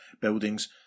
buildings